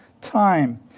time